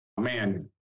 man